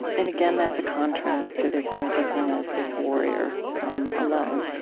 and, again, that's a contrast to this image of him as this warrior um alone.